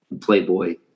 Playboy